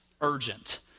urgent